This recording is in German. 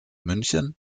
münchen